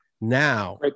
Now